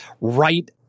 right